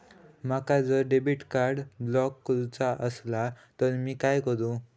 माका जर debit card block करूचा असला तर मी काय करू?